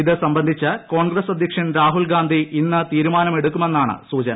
ഇത് സംബന്ധിച്ച് കോൺഗ്രസ് അദ്ധ്യക്ഷൻ രാഹുൽ ഗാന്ധി ഇന്ന് തീരുമാനമെടുക്കുമെന്ന് സൂചന